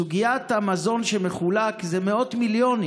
סוגיית המזון שמחולק, זה מאות מיליונים,